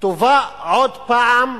תובא עוד הפעם למליאה,